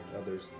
others